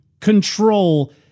control